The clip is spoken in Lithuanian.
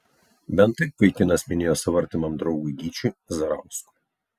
bent taip vaikinas minėjo savo artimam draugui gyčiui zarauskui